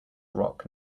rock